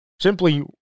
Simply